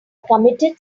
committed